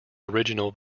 original